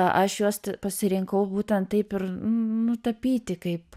aš juos pasirinkau būtent taip ir nutapyti kaip